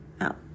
Out